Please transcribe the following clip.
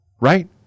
right